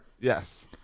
Yes